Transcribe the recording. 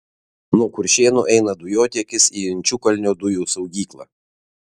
nuo kuršėnų eina dujotiekis į inčukalnio dujų saugyklą